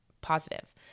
positive